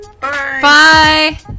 Bye